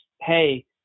hey